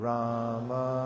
Rama